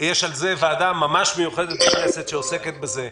יש ועדה מיוחדת בכנסת שעוסקת ממש בנושא הזה.